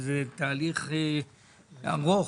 שזהו תהליך ארוך.